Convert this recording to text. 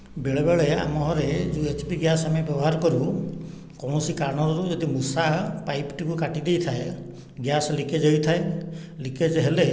ବେଳେବେଳେ ଆମ ଘରେ ଯେଉଁ ଏଚ୍ପି ଗ୍ୟାସ ଆମେ ବ୍ୟବହାର କରୁ କୌଣସି କାରଣରୁ ଯଦି ମୂଷା ପାଇପଟିକୁ କାଟିଦେଇଥାଏ ଗ୍ୟାସ ଲିକେଜ ହୋଇଥାଏ ଲିକେଜ ହେଲେ